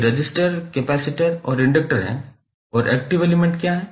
ये resistor capacitor और inductor हैं और एक्टिव एलिमेंट क्या हैं